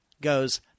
goes